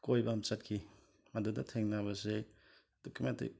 ꯀꯣꯏꯕ ꯑꯃ ꯆꯠꯈꯤ ꯃꯗꯨꯗ ꯊꯦꯡꯅꯕꯁꯦ ꯑꯗꯨꯛꯀꯤ ꯃꯇꯤꯛ